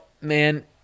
man